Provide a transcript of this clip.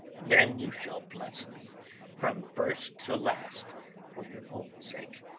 then you shall bless me from first to last for your own sake,